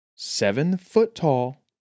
Seven-foot-tall